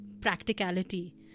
practicality